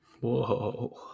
Whoa